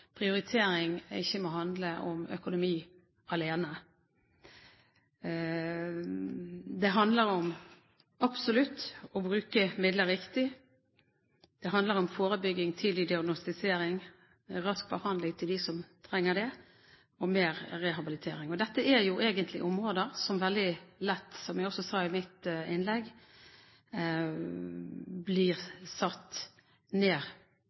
prioritering ikke må handle om økonomi alene. Det handler absolutt om å bruke midler riktig. Det handler om forebygging, tidlig diagnostisering, rask behandling til dem som trenger det, og mer rehabilitering. Dette er jo egentlig områder som, som jeg også sa i mitt innlegg,